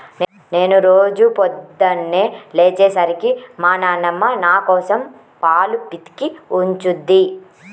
నేను రోజూ పొద్దన్నే లేచే సరికి మా నాన్నమ్మ నాకోసం పాలు పితికి ఉంచుద్ది